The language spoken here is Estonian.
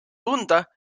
tunda